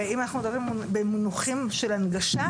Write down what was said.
ואם אנחנו מדברים במונחים של הנגשה,